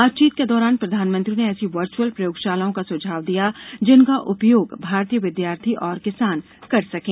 बातचीत के दौरान प्रधानमंत्री ने ऐसी वर्चअल प्रयोगशालाओं का सुझाव दिया जिनका उपयोग भारतीय विद्यार्थी और किसान कर सकें